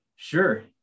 Sure